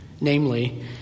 Namely